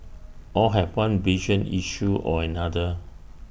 all have one vision issue or another